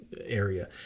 area